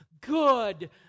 good